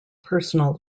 personal